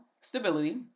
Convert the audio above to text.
stability